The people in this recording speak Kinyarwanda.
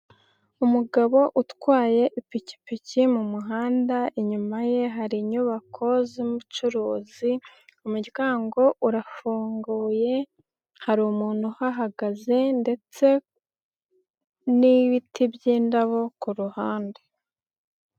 Umugabo utwaye ipikipiki mu muhanda, inyuma ye hari inyubako z'ubucuruzi, umuryango urafunguye, hari umuntu uhahagaze ndetse n'ibiti by'indabo ku ruhande.